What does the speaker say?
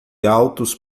altos